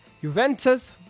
juventus